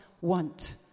want